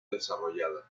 desarrollada